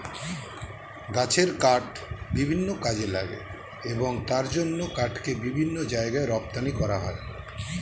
গাছের কাঠ বিভিন্ন কাজে লাগে এবং তার জন্য কাঠকে বিভিন্ন জায়গায় রপ্তানি করা হয়